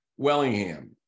Wellingham